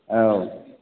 आव